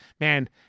Man